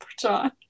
John